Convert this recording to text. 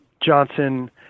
Johnson